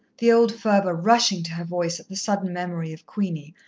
the old fervour rushing to her voice at the sudden memory of queenie,